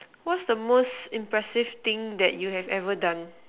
what's the most impressive thing that you have ever done